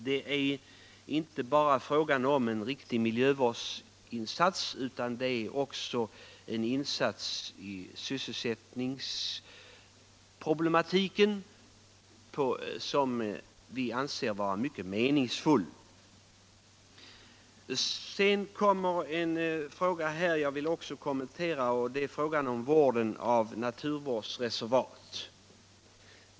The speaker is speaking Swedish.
Det är inte bara fråga om en viktig miljövårdsinsats utan det är också en sysselsättningsfrämjande insats som vi anser vara mycket meningsfull. Sedan vill jag också kommentera frågan om naturvårdsreservat.